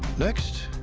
next,